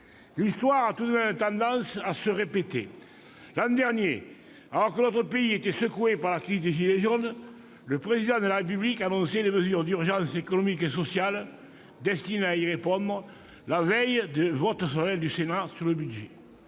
L'histoire a tout de même tendance à se répéter. L'an dernier, alors que notre pays était secoué par la crise des « gilets jaunes », le Président de la République annonçait les mesures d'urgence économiques et sociales destinées à y répondre la veille du vote solennel du Sénat sur le budget.